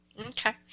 Okay